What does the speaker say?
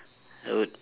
I would